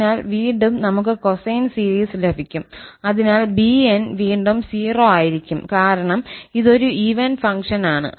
അതിനാൽ വീണ്ടും നമുക്ക് കൊസൈൻ സീരീസ് ലഭിക്കും അതിനാൽ 𝑏𝑛′𝑠 വീണ്ടും 0 ആയിരിക്കും കാരണം ഇത് ഒരു ഈവൻ ഫംഗ്ഷനാണ്